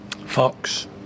Fox